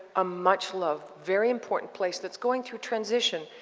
a much loved, very important place that's going through transition.